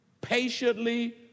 patiently